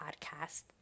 podcast